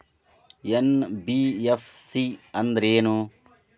NBFC ಅಂದ್ರೇನು?